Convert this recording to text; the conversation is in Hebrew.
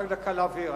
רק דקה להבהיר,